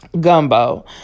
gumbo